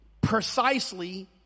precisely